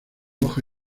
hoja